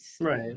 Right